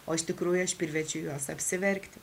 o iš tikrųjų aš priverčiu juos apsiverkti